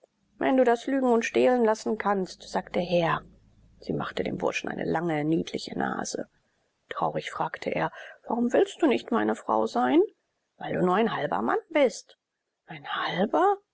wenn du das lügen und stehlen lassen kannst sagte der herr sie machte dem burschen eine lange niedliche nase traurig fragte er warum willst du nicht meine frau sein weil du nur ein halber mann bist ein halber